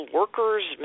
workers